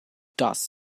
das